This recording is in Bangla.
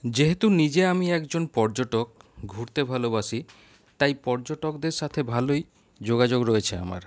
যেহেতু নিজে আমি একজন পর্যটক ঘুরতে ভালোবাসি তাই পর্যটকদের সাথে ভালোই যোগাযোগ রয়েছে আমার